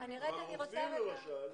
אבל רופאים למשל,